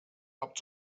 habt